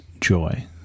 joy